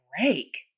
break